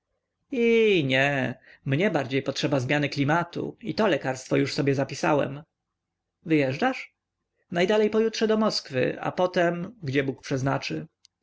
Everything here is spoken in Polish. iii nie mnie bardziej potrzeba zmiany klimatu i to lekarstwo już sobie zapisałem wyjeżdżasz najdalej pojutrze do moskwy a potem gdzie bóg przeznaczy